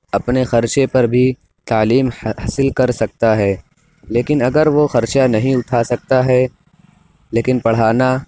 اپنے خرچے پر بھی تعلیم حاصل کر سکتا ہے لیکن اگر وہ خرچہ نہیں اٹھا سکتا ہے لیکن پڑھانا